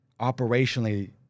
operationally